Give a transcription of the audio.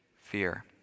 Fear